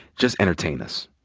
just entertain us,